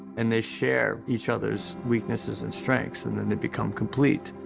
and they share each other's weaknesses and strengths, and and they become complete.